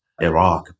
Iraq